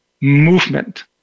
movement